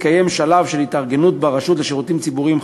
התקיים שלב של התארגנות ברשות לשירותים ציבוריים,